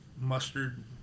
mustard